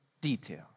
detail